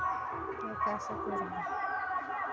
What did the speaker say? नहि कए सकैत रहै